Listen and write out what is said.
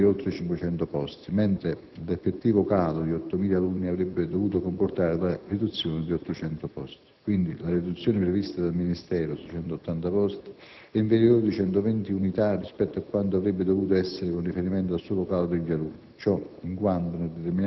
vi sarebbe stata una riduzione di oltre 500 posti, mentre l'effettivo calo di 8.000 alunni avrebbe dovuto comportare la riduzione di 800 posti. Quindi, la riduzione prevista dal Ministero - 680 posti - è inferiore di 120 unità rispetto a quanto avrebbe dovuto essere con riferimento al solo calo degli alunni;